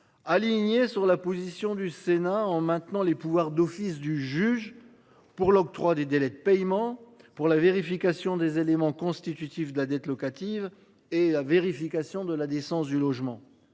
Aligné sur la position du Sénat en maintenant les pouvoirs d'office du juge pour l'octroi des délais de paiement pour la vérification des éléments constitutifs de la dette locative et la vérification de la décence du logement.